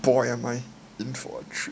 boy am I in for a treat